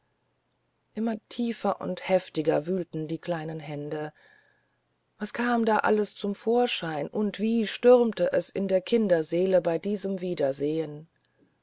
immer tiefer und heftiger wühlten die kleinen hände was kam da alles zum vorschein und wie stürmte es in der kinderseele bei diesem wiedersehen